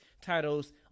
titles